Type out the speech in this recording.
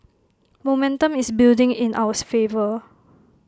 momentum is building in ours favour